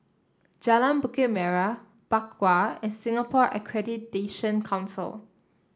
Jalan Bukit Merah Bakau and Singapore Accreditation Council